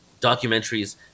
documentaries